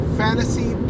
fantasy